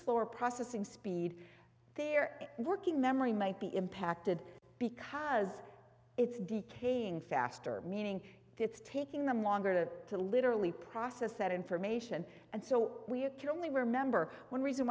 slow or processing speed their working memory might be impacted because it's decaying faster meaning it's taking them longer to to literally process that information and so we can only remember one reason